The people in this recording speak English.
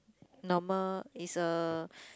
normal is a